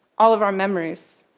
all of our memories.